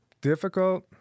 difficult